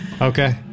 Okay